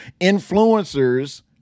influencers